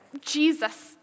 Jesus